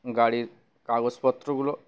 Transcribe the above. গাড়ির কাগজপত্রগুলো